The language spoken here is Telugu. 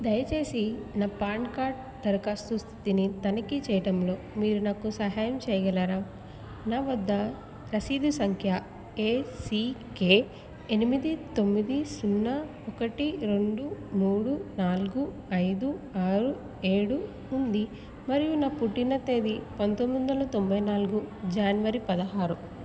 దయచేసి నా పాన్ కార్డ్ దరఖాస్తు స్థితిని తనిఖీ చేయటంలో మీరు నాకు సహాయం చేయగలరా నా వద్ద రసీదు సంఖ్య ఏసీకె ఎనిమిది తొమ్మిది సున్నా ఒకటి రెండు మూడు నాలుగు ఐదు ఆరు ఏడు ఉంది మరియు నా పుట్టిన తేదీ పంతొమ్మిది వందల తొంభై నాలుగు జనవరి పదహారు